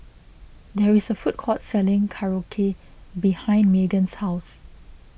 there is a food court selling Korokke behind Meagan's house